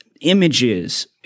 images